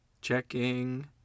Checking